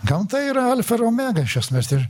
gamta yra alfa ir omega iš esmės ir